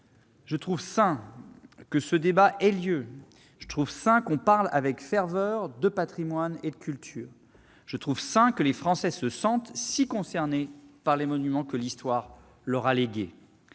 Je trouve sain que ce débat ait lieu. Je trouve sain qu'on parle avec ferveur de patrimoine et de culture. Je trouve sain que les Français se sentent si concernés par les monuments que l'histoire leur a légués.